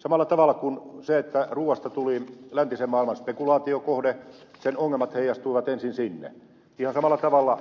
samalla tavalla kuin ruuasta tuli läntisen maailman spekulaatiokohde ja sen ongelmat heijastuivat ensin sinne ihan samalla tavalla